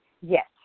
Yes